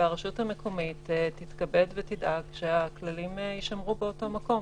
והרשות המקומית תתכבד ותדאג שהכללים יישמרו באותו מקום.